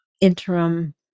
interim